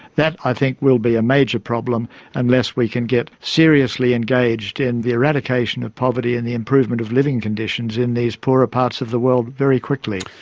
that i think will be a major problem unless we can get seriously engaged in the eradication of poverty and the improvement of living conditions in these poorer parts of the world very quickly.